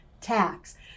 tax